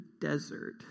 desert